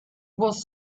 was